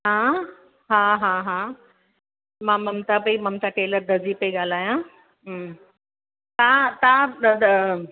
हा हा हा हा मां ममता पेई ममता टेलर दर्जी पेई ॻाल्हायां हम्म तव्हां तव्हां